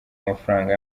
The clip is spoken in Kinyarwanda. amafaranga